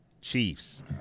Chiefs